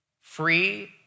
Free